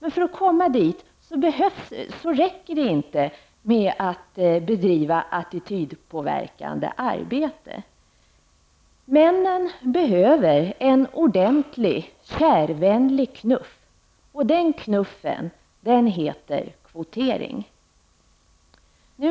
Om vi skall komma dit, räcker det emellertid inte med att bedriva attitydpåverkande arbete. Männen behöver en ordentlig, kärvänlig knuff, och den knuffen heter kvotering.